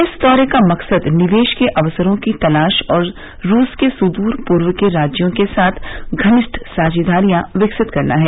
इस दौरे का मकसद निवेश के अवसरों की तलाश और रूस के सुद्र पूर्व के राज्यों के साथ घनिष्ठ साझेदारियां विकसित करना है